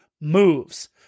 moves